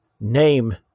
name